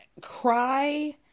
cry